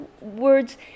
words